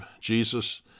Jesus